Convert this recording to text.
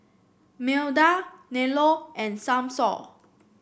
Milda Nello and Samson